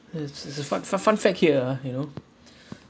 it's it's a f~ f~ fun fact here ah you know